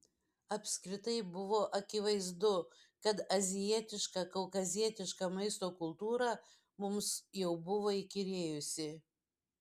apskritai buvo akivaizdu kad azijietiška kaukazietiška maisto kultūra mums jau buvo įkyrėjusi